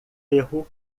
erro